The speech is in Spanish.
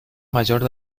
mayor